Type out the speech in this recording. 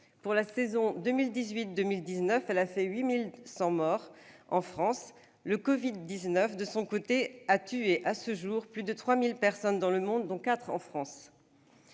pour la saison 2018-2019, elle a fait 8 100 morts en France. Le Covid-19, de son côté, a tué à ce jour plus de 3 000 personnes dans le monde, dont quatre